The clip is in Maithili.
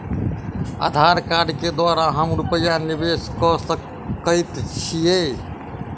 आधार कार्ड केँ द्वारा हम रूपया निवेश कऽ सकैत छीयै?